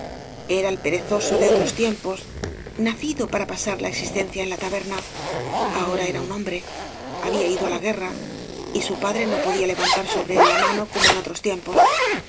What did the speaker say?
era el perezoso de otros tiempos nacido para pasar la existencia en la taberna ahora era un hombre habia ido á la guerra y su padre no podía levantar sobre él la mano como en otros tiempos